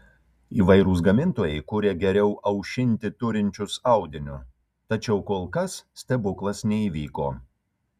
įvairūs gamintojai kuria geriau aušinti turinčius audiniu tačiau kol kas stebuklas neįvyko